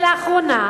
שלאחרונה,